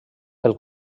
pel